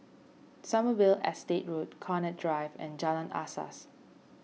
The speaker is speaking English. Sommerville Estate Road Connaught Drive and Jalan Asas